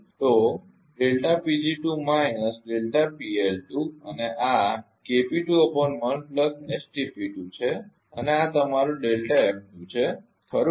તો અને આ છે અને આ તમારો છે ખરું ને